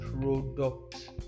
product